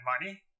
money